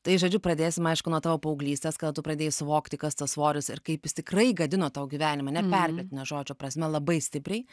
tai žodžiu pradėsim aišku nuo tavo paauglystės kada tu pradėjai suvokti kas tas svoris ir kaip jis tikrai gadino tau gyvenimą ne perkeltine žodžio prasme labai stipriai